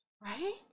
Right